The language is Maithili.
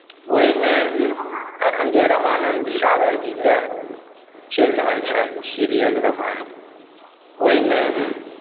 ओहिमे एखन जे रामानन्द सागरजीके चलि रहल छनि सीरियल रामायण ओहिमे